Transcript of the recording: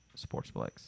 Sportsplex